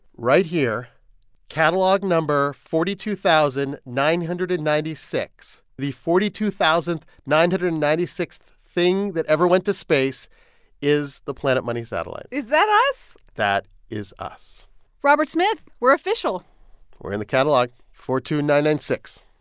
right here catalog number forty two thousand nine hundred and ninety six. the forty two thousand nine hundred and ninety sixth thing that ever went to space is the planet money satellite is that us? that is us robert smith, we're official we're in the catalog four two zero nine nine six